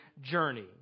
journey